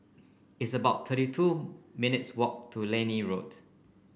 it's about thirty two minutes' walk to Liane Road